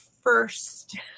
first